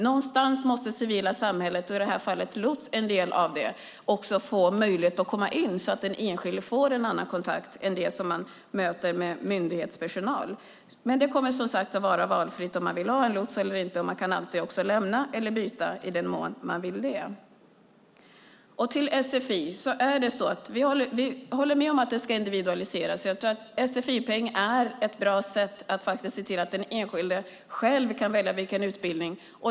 Någonstans måste det civila samhället, och i det här fallet är en lots en del av det, få en möjlighet att komma in så att den enskilde får en annan kontakt än det som man möter i myndighetspersonal. Men det kommer som sagt att vara valfritt om man vill ha en lots eller inte, och man kan alltid lämna eller byta i den mån man vill det. Vi håller med om att sfi ska individualiseras. Jag tror att sfi-peng är ett bra sätt att se till att den enskilde själv kan välja utbildning.